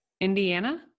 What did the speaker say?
Indiana